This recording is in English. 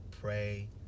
pray